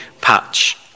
patch